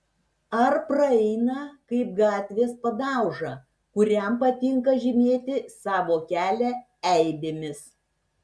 ar praeina kaip gatvės padauža kuriam patinka žymėti savo kelią eibėmis